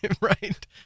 Right